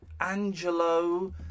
Angelo